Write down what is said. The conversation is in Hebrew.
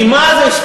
ממה זה ישתנה?